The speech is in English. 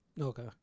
Okay